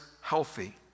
healthy